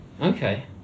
Okay